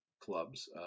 clubs